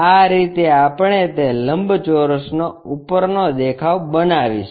આ રીતે આપણે તે લંબચોરસનો ઉપરનો દેખાવ બનાવીશું